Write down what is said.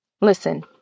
Listen